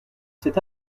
cet